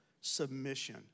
submission